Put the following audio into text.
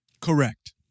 Correct